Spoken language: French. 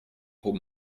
trop